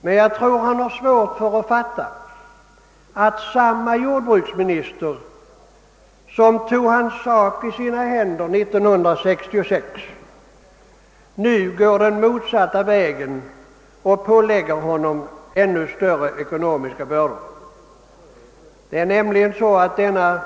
Jag tror dock att han har svårt att fatta att samma jordbruksminister som tog hans sak i sina händer 1966 nu går den motsatta vägen och pålägger honom ännu större ekonomiska bördor.